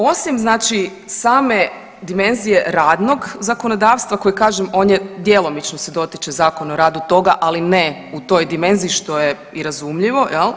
Osim znači same dimenzije radnog zakonodavstva koji kažem on je djelomično se dotiče Zakona o radu toga, ali ne u toj dimenziji, što je i razumljivo jel.